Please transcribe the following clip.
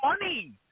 money